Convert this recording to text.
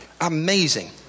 amazing